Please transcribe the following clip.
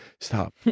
stop